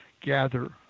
gather